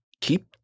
keep